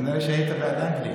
כנראה היית בעד אנגליה.